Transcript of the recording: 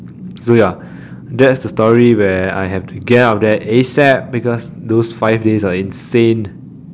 so ya that's the story where I have to get out of there ASAP because those five days are insane